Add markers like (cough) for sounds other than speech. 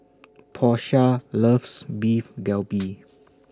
Porsha loves Beef Galbi (noise)